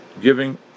giving